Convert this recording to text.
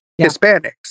Hispanics